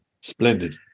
Splendid